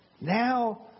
Now